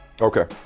Okay